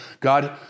God